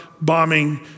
bombing